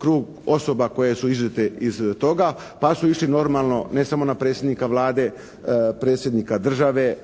krug osoba koje su izuzete iz toga, pa su išli normalno ne samo na predsjednika Vlade, Predsjednika države,